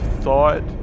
thought